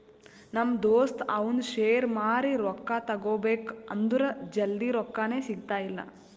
ನಮ್ ದೋಸ್ತ ಅವಂದ್ ಶೇರ್ ಮಾರಿ ರೊಕ್ಕಾ ತಗೋಬೇಕ್ ಅಂದುರ್ ಜಲ್ದಿ ರೊಕ್ಕಾನೇ ಸಿಗ್ತಾಯಿಲ್ಲ